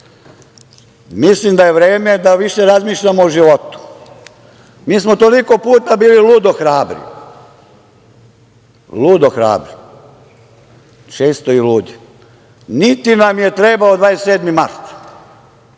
Mislim da je vreme da više razmišljamo o životu. Mi smo toliko puta bili ludo hrabri, često i ludi, niti nam je trebao 27. mart,